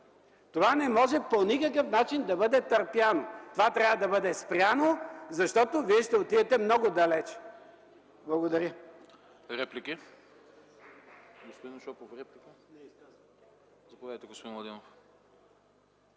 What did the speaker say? Това по никакъв начин не може да бъде търпяно. Това трябва да бъде спряно, защото вие ще отидете много далече. Благодаря.